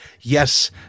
yes